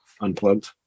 Unplugged